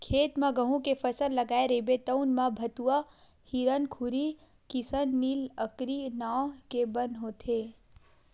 खेत म गहूँ के फसल लगाए रहिबे तउन म भथुवा, हिरनखुरी, किसननील, अकरी नांव के बन होथे